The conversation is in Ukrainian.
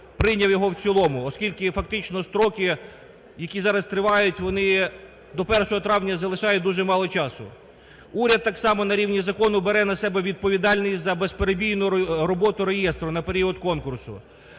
прийняв його в цілому, оскільки фактично строки, які зараз тривають, вони до 1 травня залишають дуже мало часу. Уряд так само на рівні закону бере на себе відповідальність за безперебійну роботу реєстру на період конкурсу.